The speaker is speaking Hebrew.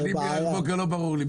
זה בעיה.